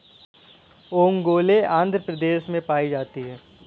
ओंगोले आंध्र प्रदेश में पाई जाती है